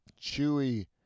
chewy